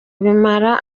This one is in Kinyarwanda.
bimara